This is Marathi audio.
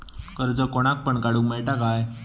कर्ज कोणाक पण काडूक मेलता काय?